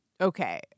Okay